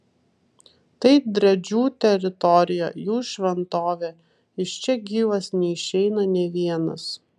tai driadžių teritorija jų šventovė iš čia gyvas neišeina nė vienas